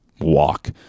walk